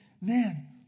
man